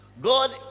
god